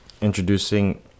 introducing